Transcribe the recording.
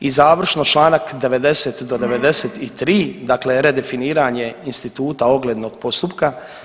I završno članak 90. do 93., dakle redefiniranje instituta oglednog postupka.